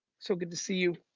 so good to see you.